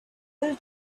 will